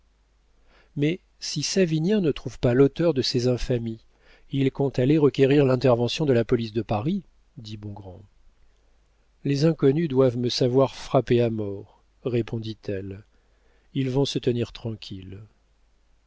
mais si savinien ne trouve pas l'auteur de ces infamies il compte aller requérir l'intervention de la police de paris dit bongrand les inconnus doivent me savoir frappée à mort répondit-elle ils vont se tenir tranquilles